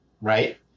right